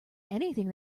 anything